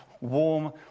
warm